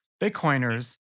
Bitcoiners